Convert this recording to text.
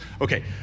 Okay